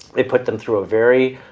they put them through a very